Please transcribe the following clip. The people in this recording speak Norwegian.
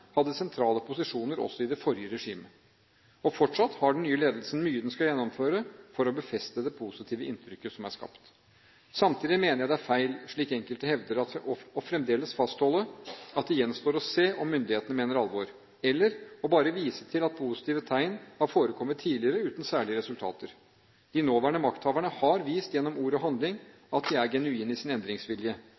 hadde sentrale posisjoner også i det forrige regimet. Fortsatt har den nye ledelsen mye den skal gjennomføre for å befeste det positive inntrykket som er skapt. Samtidig mener jeg det er feil, slik enkelte gjør, fremdeles å fastholde at det gjenstår å se om myndighetene mener alvor, eller bare å vise til at positive tegn har forekommet tidligere uten særlige resultater. De nåværende makthaverne har vist gjennom ord og handling at de er genuine i sin endringsvilje.